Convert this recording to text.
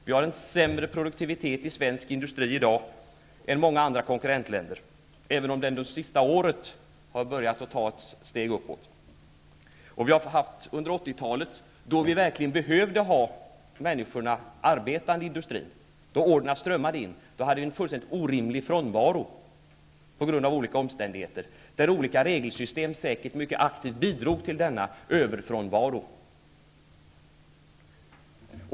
Vi har sämre produktivitet i svensk industri i dag än många andra konkurrentländer, även om den under det senaste året har börjat ta ett steg framåt. Under 80-talet då order strömmade in och vi verkligen behövde ha människor som arbetade i industrin, hade vi en fullständigt orimlig frånvaro på grund av olika omständigheter. Olika regelsystem bidrog säkert mycket aktivt till denna överfrånvaro.